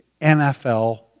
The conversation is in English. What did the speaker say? NFL